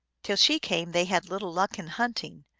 till she came they had little luck in hunting,